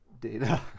data